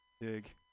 dig